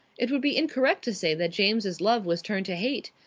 it would be incorrect to say that james's love was turned to hate.